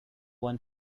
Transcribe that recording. one